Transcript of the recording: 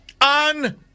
On